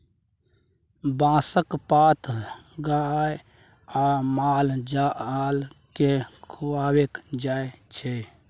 बाँसक पात गाए आ माल जाल केँ खुआएल जाइ छै